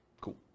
Cool